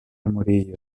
murillo